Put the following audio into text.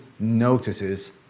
notices